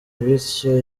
bityo